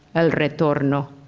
el retorno.